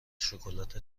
شکلات